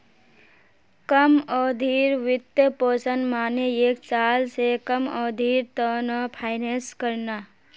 कम अवधिर वित्तपोषण माने एक साल स कम अवधिर त न फाइनेंस करना